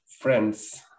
friends